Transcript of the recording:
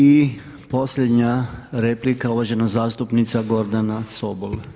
I posljednja replika uvažena zastupnica Gordana Sobol.